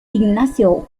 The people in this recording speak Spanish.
ignacio